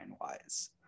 wise